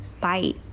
Bye